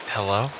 Hello